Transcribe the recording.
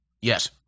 Yes